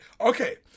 Okay